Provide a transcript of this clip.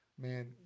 man